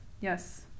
yes